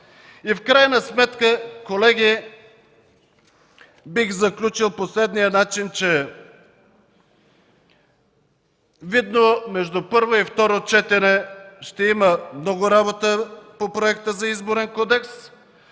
в крайна сметка бих заключил по следния начин. Видно, между първо и второ четене ще има много работа по проекта за Изборен кодекс,